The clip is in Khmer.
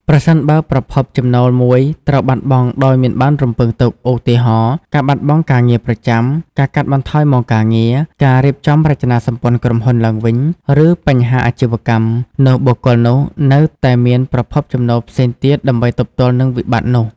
ប្រសិនបើប្រភពចំណូលមួយត្រូវបាត់បង់ដោយមិនបានរំពឹងទុក ឧទាហរណ៍ ការបាត់បង់ការងារប្រចាំ ការកាត់បន្ថយម៉ោងការងារ ការរៀបចំរចនាសម្ព័ន្ធក្រុមហ៊ុនឡើងវិញ ឬបញ្ហាអាជីវកម្ម នោះបុគ្គលនោះនៅតែមានប្រភពចំណូលផ្សេងទៀតដើម្បីទប់ទល់នឹងវិបត្តិនោះ។